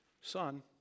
son